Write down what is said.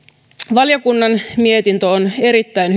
valiokunnan mietintö on erittäin